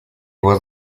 was